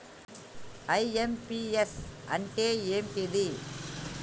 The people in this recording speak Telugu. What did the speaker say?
ఐ.ఎమ్.పి.యస్ అంటే ఏంటిది?